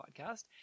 podcast